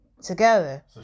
together